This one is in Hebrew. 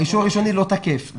האישור הראשוני לא תקף.